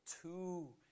two